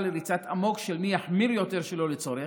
לריצת אמוק של מי יחמיר יותר שלא לצורך,